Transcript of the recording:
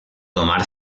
tomar